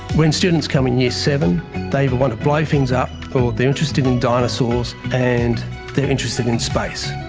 when students come in year seven they either want to blow things up or they are interested in dinosaurs and they are interested in space.